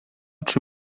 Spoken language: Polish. czy